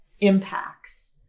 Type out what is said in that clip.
impacts